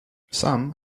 some